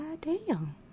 goddamn